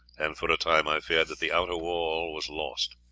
and for a time i feared that the outer wall was lost.